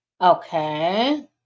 Okay